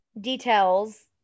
details